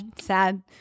sad